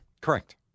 Correct